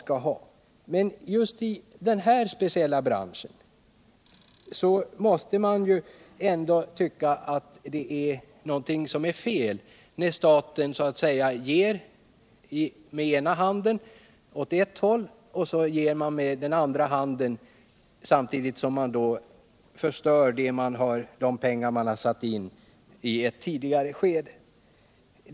Men när det gäller just den här speciella branschen kan man inte undgå att tycka att någonting är fel, när staten så att säga ger med ena handen på ett håll samtidigt som man förstör möjligheterna att få valuta för de pengar man har satt in på ett annat håll i ett tidigare skede.